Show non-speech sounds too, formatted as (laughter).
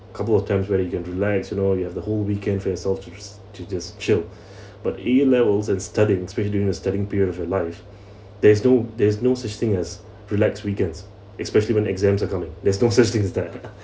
couple of times where you can relax you know you have the whole weekend for yourselves to just to just chill (breath) but A levels and studying especially during the studying period of your life (breath) there is no there's no such thing as relax weekends especially when exams are coming there's no such thing as that